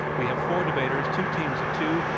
we have four debaters, two teams of two,